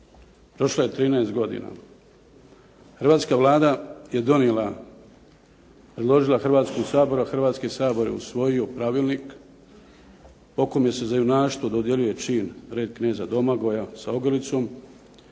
Prošlo je trinaest godina. Hrvatska Vlada je donijela, predložila Hrvatskom saboru a Hrvatski sabor je usvojio pravilnik po kome se za junaštvo dodjeljuje čin "Red kneza Domagoja" sa ogrlicom